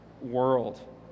world